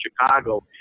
Chicago